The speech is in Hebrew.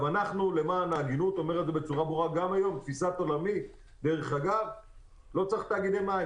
למען ההגינות גם היום לתפיסת עולמי היא שלא צריך תאגידי מים.